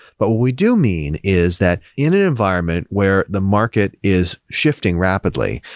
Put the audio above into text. but what we do mean is that in an environment where the market is shifting rapidly,